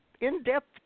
in-depth